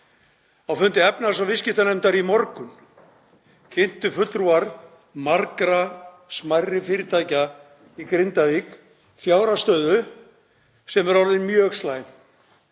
Á fundi efnahags- og viðskiptanefndar í morgun kynntu fulltrúar margra smærri fyrirtækja í Grindavík fjárhagsstöðu sem er orðin mjög slæm